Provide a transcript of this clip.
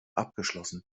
abgeschlossen